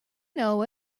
know